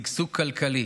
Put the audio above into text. שגשוג כלכלי.